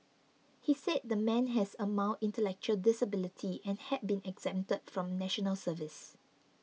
he said the man has a mild intellectual disability and had been exempted from National Service